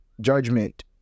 judgment